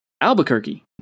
albuquerque